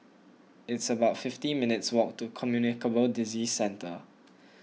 it's about fifty minutes walk to Communicable Disease Centre